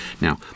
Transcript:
now